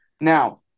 now